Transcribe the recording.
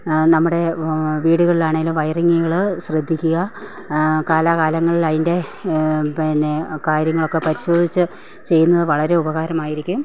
നമ്മുടെ വീടുകളിലാണെങ്കിൽ വയറിങുകൾ ശ്രദ്ധിക്കുക കാലാകാലങ്ങളിൽ അതിൻ്റെ പിന്നെ കാര്യങ്ങളൊക്കെ പരിശോധിച്ച് ചെയ്യുന്നത് വളരെ ഉപകാരമായിരിക്കും